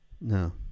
No